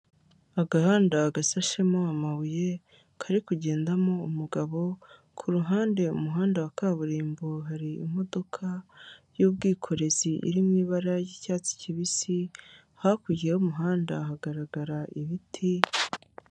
Agahanda gasashemo amabuye kari kugendamo umugabo, ku ruhande umuhanda wa kaburimbo hari imodoka y'ubwikorezi iri mu ibara ry'icyatsi kibisi, hakurya y'umuhanda hagaragara ibiti.